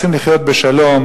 רוצים לחיות בשלום,